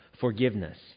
forgiveness